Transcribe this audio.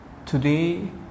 Today